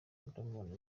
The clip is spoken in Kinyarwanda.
riderman